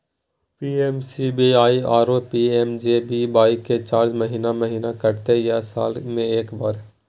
PMSBY आरो PMJBY के charge महीने महीना कटते या साल म एक बेर?